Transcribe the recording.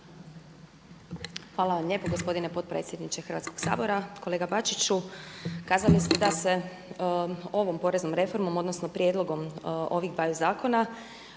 Hvala vam lijepo gospodine potpredsjedniče Hrvatskog sabora. Kolega Bačiću, kazali ste da se ovom poreznom reformom, odnosno prijedlogom ovih dvaju zakona